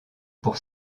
pour